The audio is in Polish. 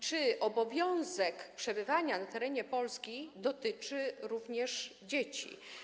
Czy obowiązek przebywania na terenie Polski dotyczy również dzieci?